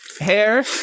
hair